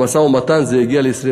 במשא-ומתן זה הגיע ל-22,